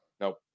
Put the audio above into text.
nope